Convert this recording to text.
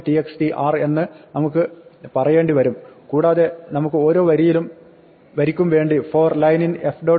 txt" "r" എന്ന് നമുക്ക് പറയേണ്ടി വരും കൂടാതെ നമുക്ക് ഓരോ വരിക്കും വേണ്ടി for line in f